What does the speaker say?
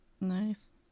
Nice